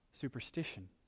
superstition